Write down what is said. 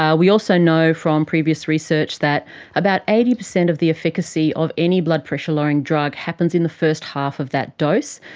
ah we also know from previous research that about eighty percent of the efficacy of any blood pressure lowering drug happens in the first half of that dose,